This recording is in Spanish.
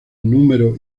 número